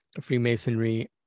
Freemasonry